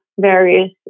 various